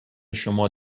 شما